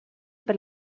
per